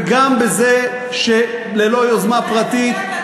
וגם בזה שללא יוזמה פרטית,